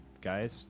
Guys